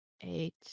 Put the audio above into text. eight